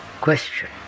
question